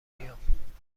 بیام